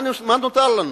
מה נותר לנו?